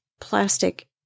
plastic